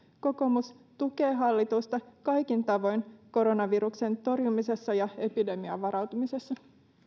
kokoomus tukee hallitusta kaikin tavoin koronaviruksen torjumisessa ja epidemiaan varautumisessa